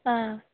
आं